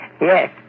Yes